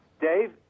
Dave